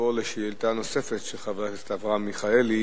נעבור לשאילתא נוספת של חבר הכנסת אברהם מיכאלי,